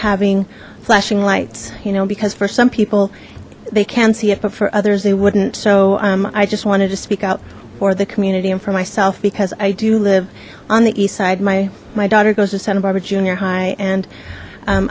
having flashing lights you know because for some people they can see it but for others they wouldn't so i just wanted to speak out for the community and for myself because i do live on the east side my my daughter goes to santa barbara junior high and